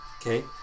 Okay